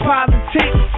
Politics